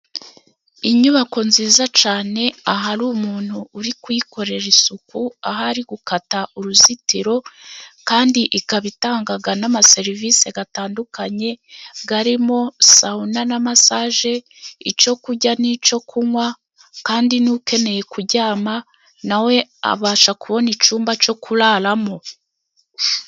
Inyubako nziza cyane ahari umuntu uri kuyikorera isuku, aho ari gukata uruzitiro kandi ikaba itanga n'amaserivisi atandukanye, arimo sawuna na masaje, icyo kurya n'icyo kunwa, kandi n'ukeneye kuryama na we abasha kubona icyumba cyo kuraramo.